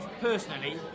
personally